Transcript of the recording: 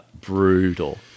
Brutal